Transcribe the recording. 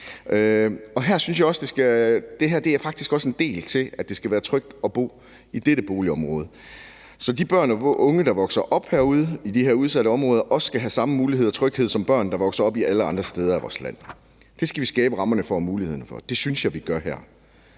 lige har talt om. Det her er faktisk også en del af ønsket om, at det skal være trygt at bo i dette boligområde, så de børn og unge, der vokser op herude i de her udsatte områder, også skal have samme muligheder og tryghed som børn, der vokser op alle andre steder i vores land. Det skal vi skabe rammerne og mulighederne for, og det synes jeg vi gør her